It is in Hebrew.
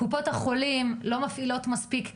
קופות החולים לא מפעילות מספיק,